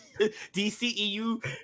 DCEU